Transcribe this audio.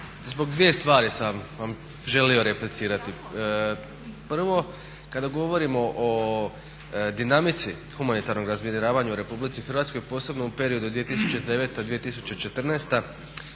zbog dvije stvari sam vam želio replicirati. Prvo kada govorimo o dinamici humanitarnog razminiravanja u Republici Hrvatskoj posebno u periodu 2009.-2014.